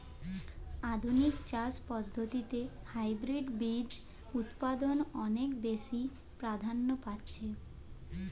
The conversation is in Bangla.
আধুনিক চাষ পদ্ধতিতে হাইব্রিড বীজ উৎপাদন অনেক বেশী প্রাধান্য পাচ্ছে